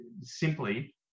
simply